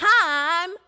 time